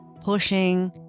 pushing